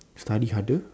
study harder